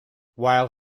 while